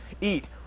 eat